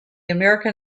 american